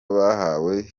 bahawe